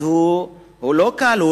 אז הוא לא קל,